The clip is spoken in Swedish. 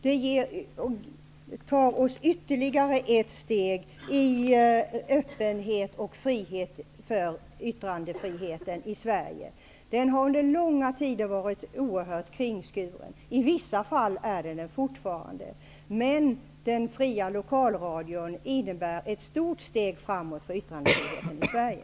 Det tar oss ytterligare ett steg i riktning mot öppenhet och yttrandefrihet i Sverige. Yttrandefriheten har under långa tider varit kringskuren, och i vissa fall är den fortfarande det. Den fria lokalradion innebär ett stort steg framåt för yttrandefriheten i Sverige.